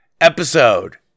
episode